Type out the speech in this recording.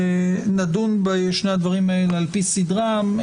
נדון בשני הדברים האלה על פי סדרם.